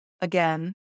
Again